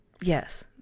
yes